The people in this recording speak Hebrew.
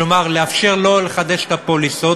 כלומר לאפשר שלא לחדש את הפוליסות,